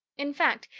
in fact,